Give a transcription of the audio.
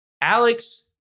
Alex